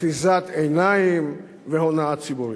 אחיזת עיניים והונאה ציבורית.